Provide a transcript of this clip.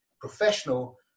professional